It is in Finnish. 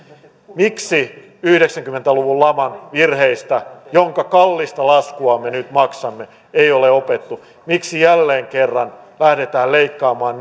miksi yhdeksänkymmentä luvun laman virheistä jonka kallista laskua me nyt maksamme ei ole opittu miksi jälleen kerran lähdetään leikkaamaan